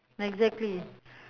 exactly